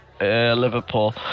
Liverpool